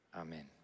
Amen